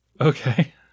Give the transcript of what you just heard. Okay